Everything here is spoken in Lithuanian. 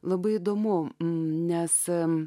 labai įdomu nes jam